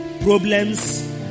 problems